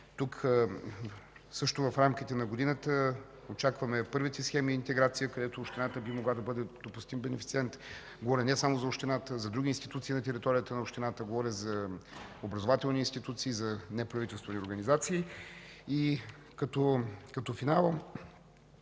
Тук също в рамките на годината очакваме първите схеми интеграция, където общината би могла да бъде допустим бенефициент. Говоря не само за общината, а и за други институции на територията на общината. Говоря за образователни институции и за неправителствени организации. И като финал,